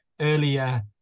earlier